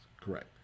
correct